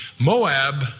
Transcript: Moab